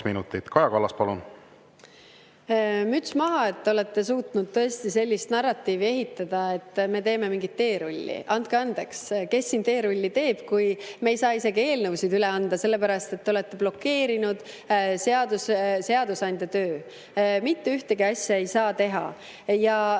minutit. Kaja Kallas, palun! Müts maha, et te olete suutnud tõesti sellist narratiivi ehitada, et me teeme mingit teerulli. Andke andeks, kes siin teerulli teeb, kui me ei saa isegi eelnõusid üle anda, sellepärast et te olete blokeerinud seadusandja töö. Mitte ühtegi asja ei saa teha. Ja nii